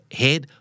head